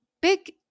big